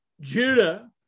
Judah